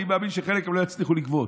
אני מאמין שחלק מהם הם לא יצליחו לגבות,